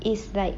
is like